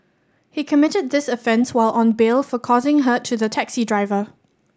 he committed this offence while on bail for causing hurt to the taxi driver